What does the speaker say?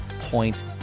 point